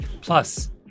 Plus